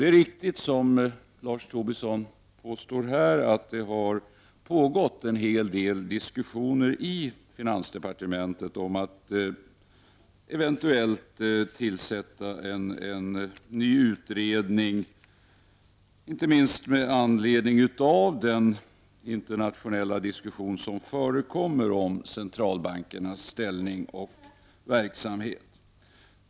Det är riktigt, som Lars Tobisson påstår, att det har pågått en hel del diskussioner i finansdepartementet om att eventuellt tillsätta en ny utredning, inte minst med anledning av den internationella diskussion som förekommmer om centralbankernas ställning och verksamhet.